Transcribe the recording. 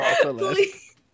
Please